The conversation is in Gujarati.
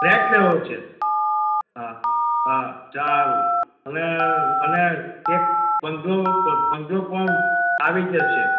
ફ્લેટ લેવો છે હા સારું અને અને બધો બધો પણ આવી જશે